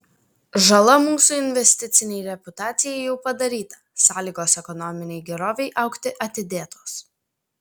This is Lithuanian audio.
žala mūsų investicinei reputacijai jau padaryta sąlygos ekonominei gerovei augti atidėtos